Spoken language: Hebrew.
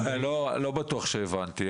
לא בטוח שהבנתי.